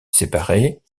séparés